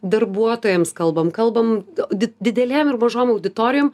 darbuotojams kalbam kalbam di didelėm ir mažom auditorijom